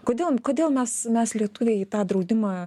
kodėl kodėl mes mes lietuviai į tą draudimą